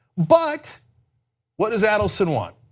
but what does adelson want?